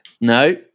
No